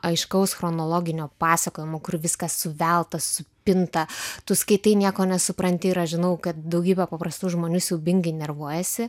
aiškaus chronologinio pasakojimo kur viskas suvelta supinta tu skaitai nieko nesupranti ir aš žinau kad daugybė paprastų žmonių siaubingai nervuojasi